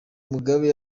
mugabe